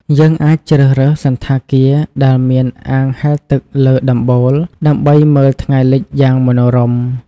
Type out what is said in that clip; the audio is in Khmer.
យើងអាចជ្រើសរើសសណ្ឋាគារដែលមានអាងហែលទឹកលើដំបូលដើម្បីមើលថ្ងៃលិចយ៉ាងមនោរម្យ។